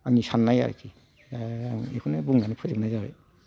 आंनि साननाय आरोखि दा आङो बेखौनो बुंनानै फोजोबनाय जाबाय